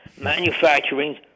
Manufacturing